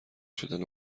شدن